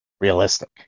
realistic